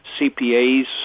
cpa's